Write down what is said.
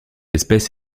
espèce